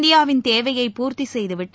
இந்தியாவின் தேவையை பூர்த்திசெய்துவிட்டு